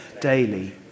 daily